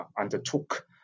undertook